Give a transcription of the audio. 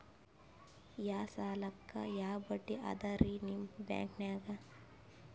ಯಾ ಸಾಲಕ್ಕ ಯಾ ಬಡ್ಡಿ ಅದರಿ ನಿಮ್ಮ ಬ್ಯಾಂಕನಾಗ?